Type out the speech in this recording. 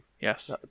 Yes